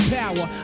power